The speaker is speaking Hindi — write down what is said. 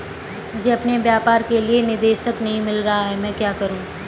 मुझे अपने व्यापार के लिए निदेशक नहीं मिल रहा है मैं क्या करूं?